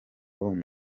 bose